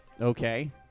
Okay